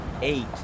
eight